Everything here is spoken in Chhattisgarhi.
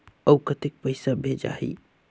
अउ कतेक पइसा भेजाही?